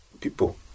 people